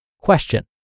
Question